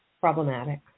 problematic